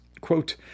Quote